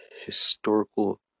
historical